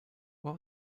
what